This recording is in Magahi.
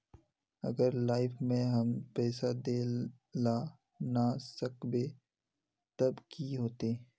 अगर लाइफ में हम पैसा दे ला ना सकबे तब की होते?